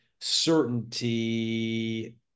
certainty